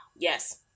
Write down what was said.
Yes